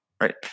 Right